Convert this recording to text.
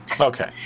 Okay